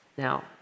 Now